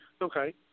okay